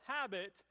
habit